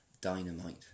dynamite